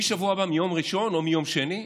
מהשבוע הבא, מיום ראשון או מיום שני,